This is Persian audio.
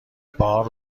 بار